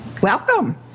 welcome